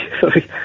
sorry